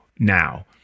Now